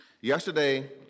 Yesterday